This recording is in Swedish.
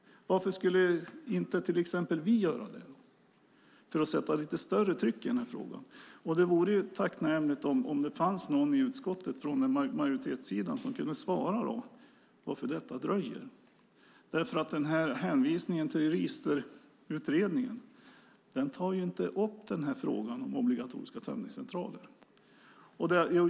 Varför skulle inte till exempel vi göra det för att sätta lite större tryck i den här frågan? Det vore tacknämligt om det fanns någon från majoritetssidan i utskottet som kunde svara på varför detta dröjer. Ni hänvisar till registerutredningen, men den tar ju inte upp frågan om obligatoriska tömningscentraler.